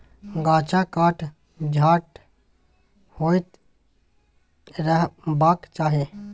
गाछक काट छांट होइत रहबाक चाही